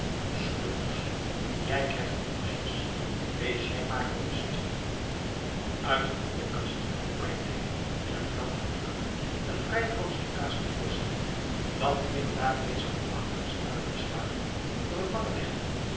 zoete poes jij krijgt de korstjes wees jij maar gerust uit een hoek der kast brengt hij in een krant gewikkeld een vrij groot stuk kaas te voorschijn dat hier en daar reeds groenachtig is uitgeslagen door t lange